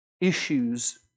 issues